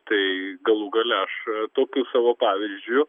tai galų gale aš tokiu savo pavyzdžiu